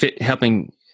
helping